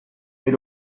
est